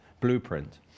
blueprint